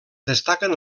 destaquen